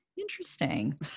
Interesting